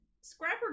Scrapper